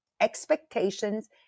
expectations